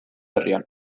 herrian